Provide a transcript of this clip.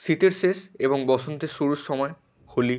শীতের শেষ এবং বসন্তের শুরুর সময় হোলি